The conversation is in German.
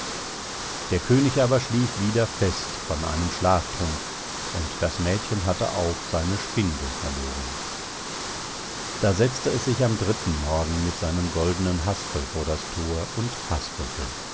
der könig aber schlief wieder fest von einem schlaftrunk und das mädchen hatte auch seine spindel verloren da setzte es sich am dritten morgen mit seinem goldenen haspel vor das thor und haspelte